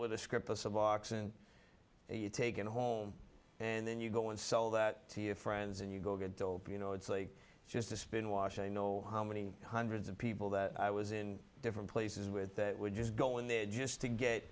suboxone you take it home and then you go and sell that to your friends and you go good job you know it's like just a spin wash i know how many hundreds of people that i was in different places with that would just go in there just